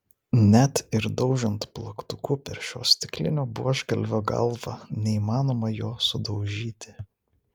net ir daužant plaktuku per šio stiklinio buožgalvio galvą neįmanoma jo sudaužyti